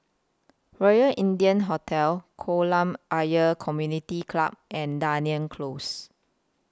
Royal India Hotel Kolam Ayer Community Club and Dunearn Close